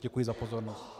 Děkuji za pozornost.